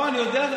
לא, אני רק שאלתי.